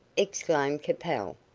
exclaimed capel,